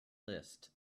list